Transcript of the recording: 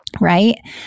right